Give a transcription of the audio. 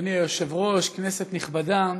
אדוני היושב-ראש, כנסת נכבדה,